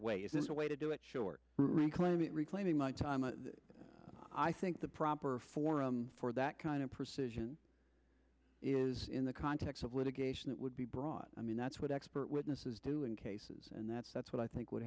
way is a way to do it short reclaiming reclaiming my time i think the proper forum for that kind of precision is in the context of litigation that would be broad i mean that's what expert witnesses do in cases and that's that's what i think would